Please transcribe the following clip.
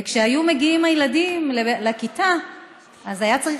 וכשהיו מגיעים הילדים לכיתה היה צריך